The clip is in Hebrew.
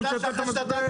הוא מספר סיפורים.